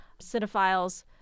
cinephiles